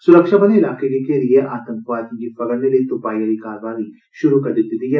सुरक्षाबलें इलाके गी घेरिए आतंकवादिएं गी फगड़ने लेई तुपाई आली कारवाई शुरू करी दित्ती दी ऐ